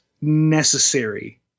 necessary